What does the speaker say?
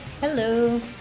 Hello